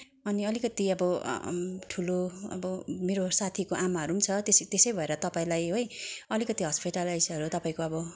अनि अलिकति अब ठुलो अब मेरो साथीको आमाहरू पनि छ त्यसै त्यसै भएर तपाईँलाई है अलिकति हस्पिटेलाइजहरू तपाईँको अब